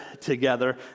together